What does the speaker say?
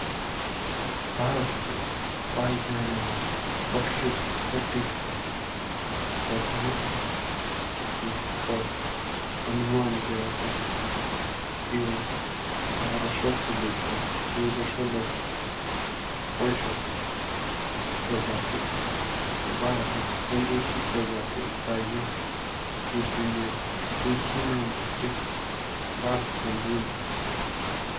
दुनिया मुझ अलग अलग भाषा का सटीक संख्या बोलना मुश्किल ओ कैकी कए बार एक हे। भाषा की कए बोलू हो और किच भाषा हो की अनरेकोग्नाइज्ड बे आतीना हालांकि अनुमान के मुताबिक दुनिया भर मुझ लग भग सात हज़ार के बीच अलग भाषा बोली जाओ जिनका रूप ओसो